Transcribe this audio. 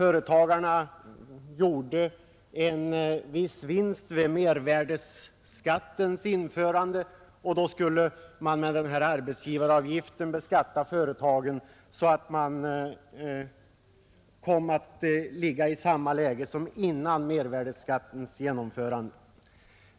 Dessa gjorde en viss vinst vid mervärdeskattens införande, och därför skulle man med denna arbetsgivaravgift beskatta företagen så att de skulle hamna i samma läge som före mervärdeskattens genomförande.